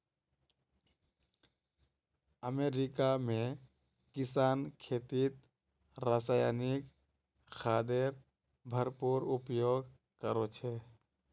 America में किसान खेतीत रासायनिक खादेर भरपूर उपयोग करो छे